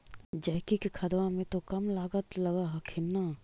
जैकिक खदबा मे तो कम लागत लग हखिन न?